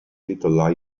little